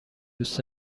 دوست